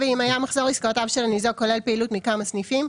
"-- ואם היה מחזור עסקאותיו של הניזוק כולל פעילות מכמה סניפים,